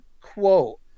quote